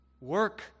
Work